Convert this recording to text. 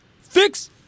fix